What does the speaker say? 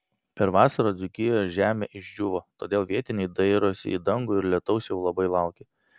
per vasarą dzūkijoje žemė išdžiūvo todėl vietiniai dairosi į dangų ir lietaus jau labai laukia